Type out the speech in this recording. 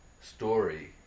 story